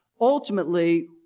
ultimately